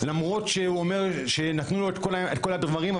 למרות שהוא אומר שנתנו לו את כל הדברים,